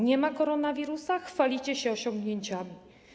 Nie ma koronawirusa, chwalicie się osiągnięciami.